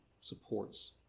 supports